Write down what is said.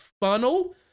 funnel